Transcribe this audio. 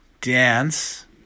dance